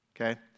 okay